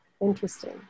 Interesting